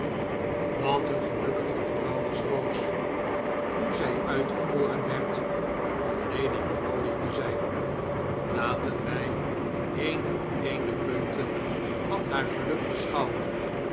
wat een gelukkige vrouw was rose nu zij uitverkoren werd om lady crawley te zijn laten wij een voor een de punten van haar geluk beschouwen